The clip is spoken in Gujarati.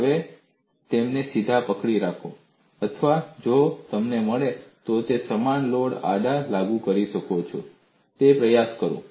હવે તેમને સીધા પકડી રાખો અથવા જો તમને મળે તો તમે સમાન લોડ આડા લાગુ કરી શકો છો તેનો પ્રયાસ કરો